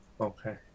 Okay